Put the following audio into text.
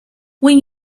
when